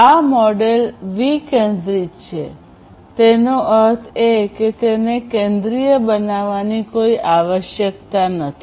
આ મોડેલ વિકેન્દ્રિત છે તેનો અર્થ એ કે તેને કેન્દ્રિય બનાવવાની કોઈ આવશ્યકતા નથી